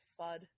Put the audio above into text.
FUD